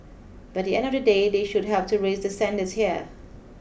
but at the end of the day they should help to raise the standards here